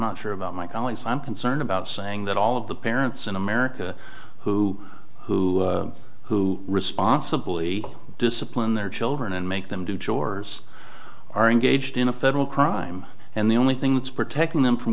not sure about my colleagues i'm concerned about saying that all of the parents in america who who who responsibly discipline their children and make them do chores are engaged in a federal crime and the only thing that's protecting them from